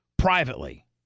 privately